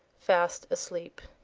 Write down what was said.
fast asleep.